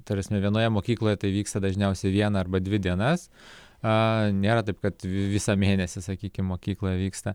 tar prasme vienoje mokykloje tai vyksta dažniausiai vieną arba dvi dienas a nėra taip kad visą mėnesį sakykim mokykloje vyksta